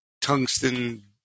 tungsten